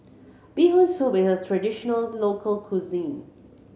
Bee Hoon Soup is a traditional local cuisine